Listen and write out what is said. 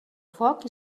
foc